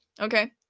okay